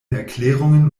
erklärungen